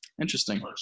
interesting